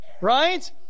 right